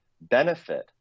benefit